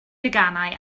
deganau